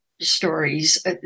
stories